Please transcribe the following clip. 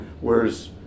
Whereas